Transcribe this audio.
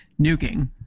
nuking